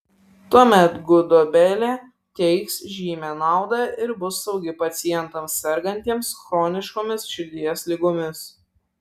tuomet gudobelė teiks žymią naudą ir bus saugi pacientams sergantiems chroniškomis širdies ligomis